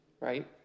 right